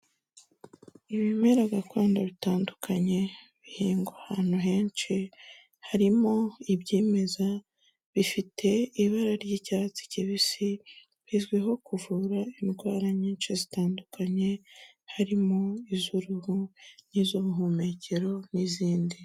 Ibimera gakondo bitandukanye, bihingwa ahantu henshi, harimo ibyimeza, bifite ibara ry'icyatsi kibisi, bizwiho kuvura indwara nyinshi zitandukanye, harimo iz'uruhu n'iz'ubuhumekero n'izindi.